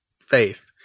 faith